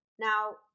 Now